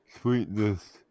sweetness